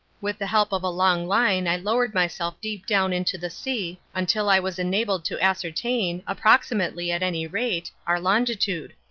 with the help of a long line i lowered myself deep down into the sea until i was enabled to ascertain, approximately at any rate, our longitude.